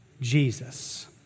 Jesus